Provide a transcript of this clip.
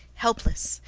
helpless,